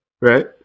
Right